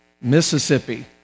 Mississippi